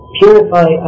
purify